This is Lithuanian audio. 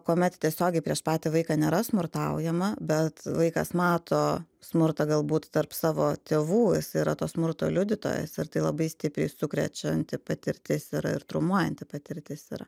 kuomet tiesiogiai prieš patį vaiką nėra smurtaujama bet vaikas mato smurtą galbūt tarp savo tėvų yra to smurto liudytojas ir tai labai stipriai sukrečianti patirtis yra ir traumuojanti patirtis yra